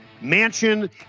mansion